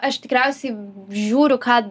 aš tikriausiai žiūriu ką